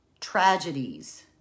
tragedies